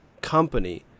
company